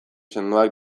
sendoak